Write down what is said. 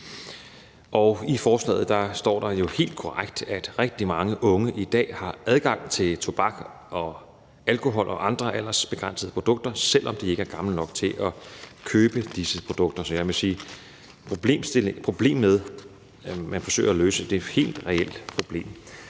I forslaget står der jo helt korrekt, at rigtig mange unge i dag har adgang til tobak og alkohol og andre aldersbegrænsede produkter, selv om de ikke er gamle nok til at købe disse produkter. Så jeg må sige, at problemet, man forsøger at løse, er et helt reelt problem.